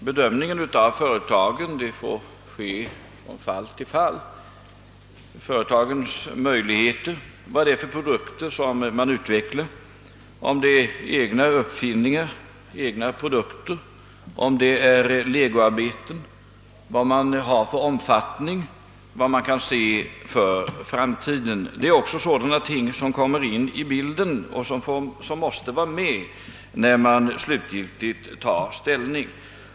Herr talman! Företagen får bedömas från fall till fall. Deras möjligheter, vilka produkter de tillverkar, om det är egna uppfinningar, egna produkter, legoarbeten, vilken omfattning de har, deras framtidsutsikter — alla sådana faktorer påverkar bedömningen när man slutgiltigt tar ställning.